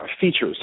features